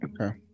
Okay